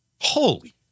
Holy